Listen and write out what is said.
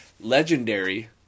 Legendary